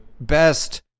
best